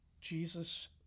Jesus